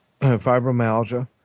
Fibromyalgia